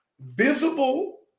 visible